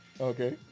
Okay